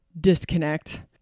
disconnect